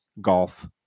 golf